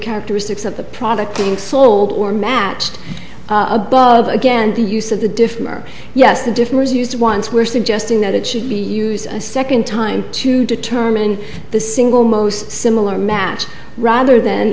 characteristics of the product being sold or matched above again the use of the different yes the different was used once were suggesting that it should be used a second time to determine the single most similar match rather than